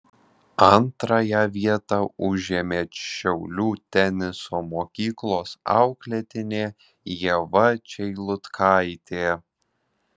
antrąją vietą užėmė šiaulių teniso mokyklos auklėtinė ieva čeilutkaitė